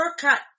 shortcut